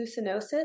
hallucinosis